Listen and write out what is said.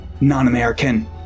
non-American